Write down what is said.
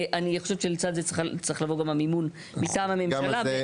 אני חושבת שלצד זה צריך לבוא גם המימון מטעם הממשלה.